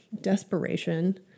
desperation